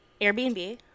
Airbnb